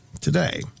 today